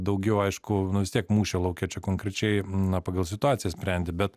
daugiau aišku nu vis tiek mūšio lauke čia konkrečiai na pagal situaciją sprendi bet